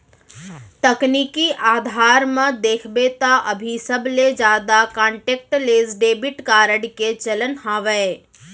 तकनीकी अधार म देखबे त अभी सबले जादा कांटेक्टलेस डेबिड कारड के चलन हावय